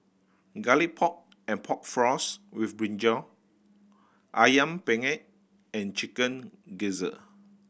Garlic Pork and Pork Floss with brinjal Ayam Penyet and Chicken Gizzard